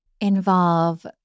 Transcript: involve